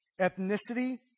Ethnicity